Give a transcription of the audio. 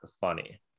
funny